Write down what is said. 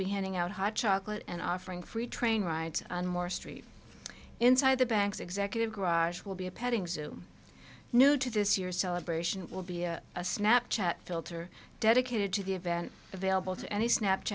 be handing out hot chocolate and offering free train rides and more street inside the bank's executive garage will be a petting zoo new to this year's celebration will be a snap chat filter dedicated to the event available to any snap